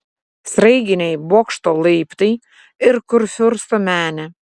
sraigtiniai bokšto laiptai ir kurfiursto menė